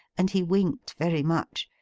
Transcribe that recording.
and he winked very much,